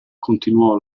continuò